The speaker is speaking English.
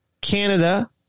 Canada